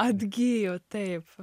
atgijo taip